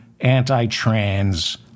anti-trans